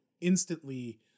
instantly